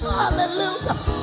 hallelujah